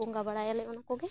ᱵᱚᱸᱜᱟ ᱵᱟᱲᱟᱭᱟᱞᱮ ᱚᱱᱟ ᱠᱚᱜᱮ